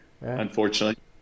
unfortunately